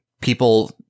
people